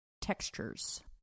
textures